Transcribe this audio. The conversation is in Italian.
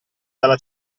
dalla